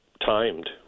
timed